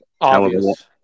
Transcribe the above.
Obvious